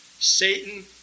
Satan